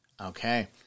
Okay